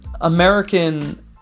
American